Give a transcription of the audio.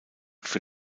für